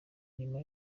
nyuma